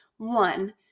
one